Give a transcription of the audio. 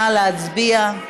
נא להצביע.